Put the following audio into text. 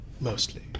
Mostly